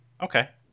Okay